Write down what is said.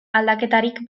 aldaketarik